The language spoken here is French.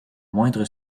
moindre